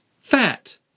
fat